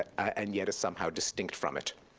and yet is somehow distinct from it.